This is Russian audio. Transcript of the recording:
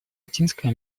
латинской